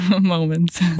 moments